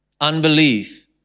Unbelief